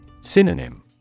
Synonym